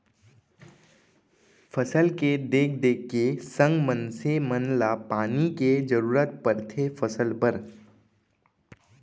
फसल के देख देख के संग मनसे मन ल पानी के जरूरत परथे फसल बर